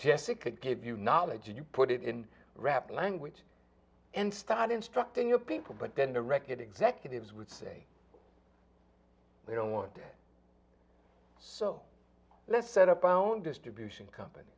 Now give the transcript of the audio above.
jessica give you knowledge and you put it in rap language and start instructing your people but then the record executives would say they don't want it so let's set up our own distribution company